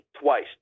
twice